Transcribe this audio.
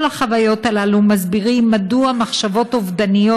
כל החוויות הללו מסבירות מדוע מחשבות אובדניות